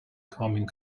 coming